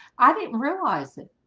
i didn't realize it